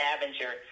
Avenger